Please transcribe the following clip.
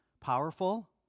powerful